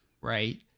right